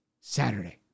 Saturday